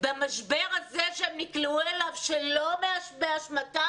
במשבר הזה שהם נקלעו אליו שלא באשמתם,